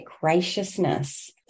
graciousness